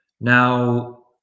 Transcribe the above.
Now